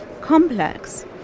complex